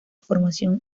formación